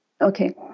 Okay